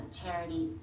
charity